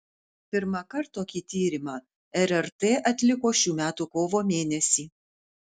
pirmąkart tokį tyrimą rrt atliko šių metų kovo mėnesį